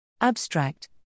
Abstract